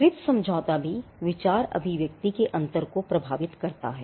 trips समझौता भी विचार अभिव्यक्ति के अंतर को प्रभावित करता है